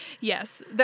Yes